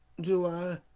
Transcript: july